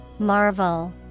Marvel